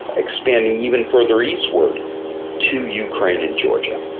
expanding even further eastward to ukraine and georgia.